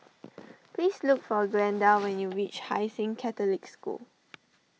please look for Glenda when you reach Hai Sing Catholic School